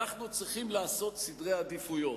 אנחנו צריכים לעשות סדרי עדיפויות.